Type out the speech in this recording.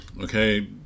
Okay